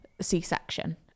C-section